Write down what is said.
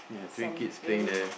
some game